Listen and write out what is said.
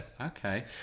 Okay